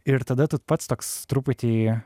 ir tada tu pats toks truputį